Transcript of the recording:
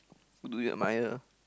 who do you admire